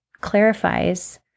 clarifies